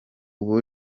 ubu